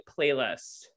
playlist